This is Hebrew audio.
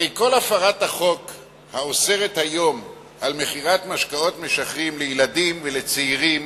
הרי כל הוראת החוק האוסרת היום מכירת משקאות משכרים לילדים ולצעירים